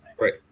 Right